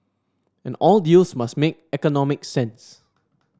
and all deals must make economic sense